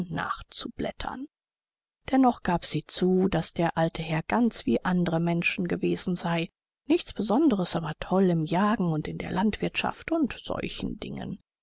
nachzublättern dennoch gab sie zu daß der alte herr ganz wie andere menschen gewesen sei nichts besonderes aber toll im jagen und in der landwirtschaft und solchen dingen